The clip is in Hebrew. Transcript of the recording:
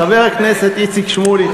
חבר הכנסת איציק שמולי,